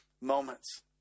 moments